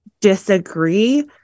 disagree